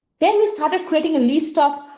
then we started creating a list of